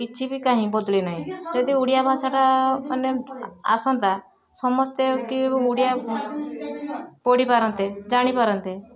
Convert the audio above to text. କିଛିବି କାହିଁ ବଦଳି ନାହିଁ ଯଦି ଓଡ଼ିଆ ଭାଷାଟା ମାନେ ଆସନ୍ତା ସମସ୍ତେ କି ଓଡ଼ିଆ ପଢ଼ି ପାରନ୍ତେ ଜାଣି ପାରନ୍ତେ